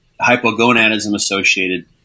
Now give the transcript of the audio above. hypogonadism-associated